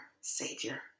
Savior